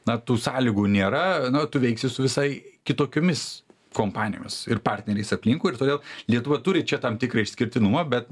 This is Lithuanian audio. na tų sąlygų nėra nu tu veiksi su visai kitokiomis kompanijomis ir partneriais aplinkui ir todėl lietuva turi čia tam tikrą išskirtinumą bet